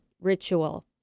ritual